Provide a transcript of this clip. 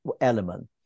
element